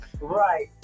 Right